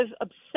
obsessed